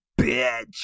bitch